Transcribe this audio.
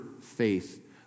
faith